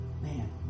Man